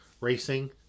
racing